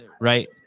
right